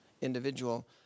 individual